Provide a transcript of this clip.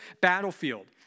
battlefield